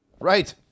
Right